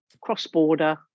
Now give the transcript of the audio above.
cross-border